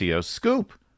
scoop